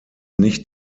nicht